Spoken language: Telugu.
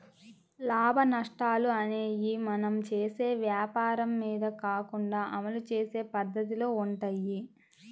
లాభనష్టాలు అనేయ్యి మనం చేసే వ్వాపారం మీద కాకుండా అమలు చేసే పద్దతిలో వుంటయ్యి